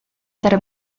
tre